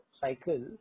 cycle